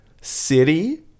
city